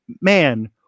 man